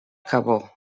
cabó